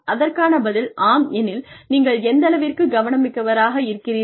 அதற்கான பதில் ஆம் எனில் நீங்கள் எந்தளவிற்கு கவனமிக்கவராக இருக்கிறீர்கள்